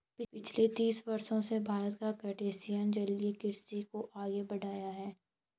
पिछले तीस वर्षों से भारत में क्रस्टेशियन जलीय कृषि को आगे बढ़ाया है